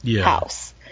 house